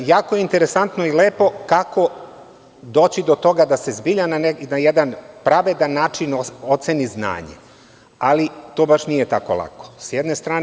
Jako je interesantno i lepo kako doći do toga da se zbilja na jedan pravedan način oceni znanje, ali to baš nije tako lako, s jedne strane.